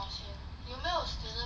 the mills